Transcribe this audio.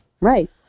right